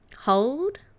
Hold